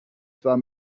zwar